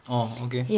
oh okay